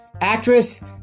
actress